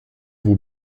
vos